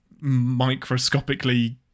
microscopically